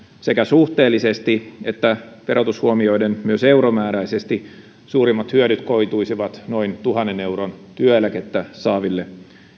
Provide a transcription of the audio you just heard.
sekä suhteellisesti että verotus huomioiden myös euromääräisesti suurimmat hyödyt koituisivat noin tuhannen euron työeläkettä saaville